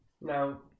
Now